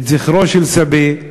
את זכרו של סבי,